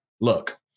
look